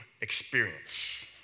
experience